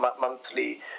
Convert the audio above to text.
monthly